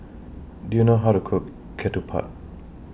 Do YOU know How to Cook Ketupat